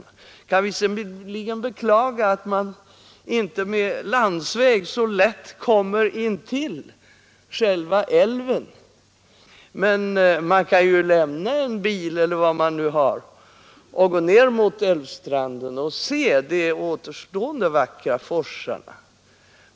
Jag kan visserligen beklaga att man på landsväg inte så lätt kan komma intill själva älven, men man kan ju lämna en bil eller vad man nu har och gå ned mot älvstranden och se de återstående vackra forsarna.